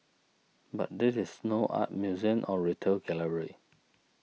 but this is no art museum or retail gallery